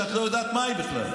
שאת לא יודעת מהי בכלל.